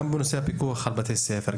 גם בנושא הפיקוח על בתי הספר,